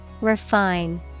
Refine